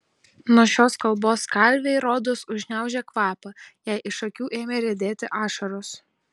nuo šios kalbos kalvei rodos užgniaužė kvapą jai iš akių ėmė riedėti ašaros